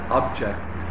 object